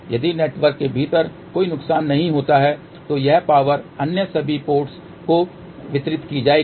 यदि नेटवर्क के भीतर कोई नुकसान नहीं होता है तो यह पावर अन्य सभी पोर्ट्स को वितरित की जाएगी